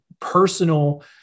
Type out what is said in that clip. personal